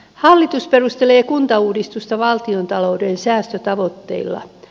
hallitus perustelee kuntauudistusta valtiontalouden säästötavoitteilla